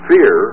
Fear